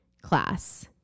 class